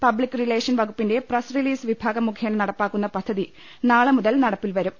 public relation വകുപ്പിന്റെ press release വിഭാഗം മുഖേന നടപ്പാക്കുന്ന പദ്ധതി നാളെ മുതൽ നടപ്പിൽ വരും